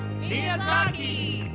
Miyazaki